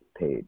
page